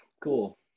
cool